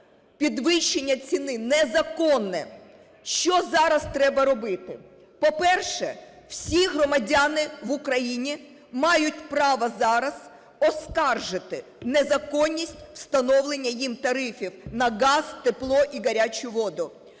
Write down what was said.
підвищення ціни незаконне. Що зараз треба робити? По-перше, всі громадяни в Україні мають право зараз оскаржити незаконність встановлення їм тарифів на газ, тепло і гарячу воду.